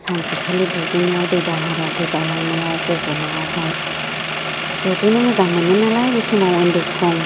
सानसेखालि दुगैनायाव दै दाहाराव गोजावलांनायाव गब'नायावहाय दुगैनो मोजां मोनो नालाय बे समाव उन्दै सम